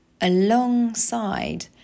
alongside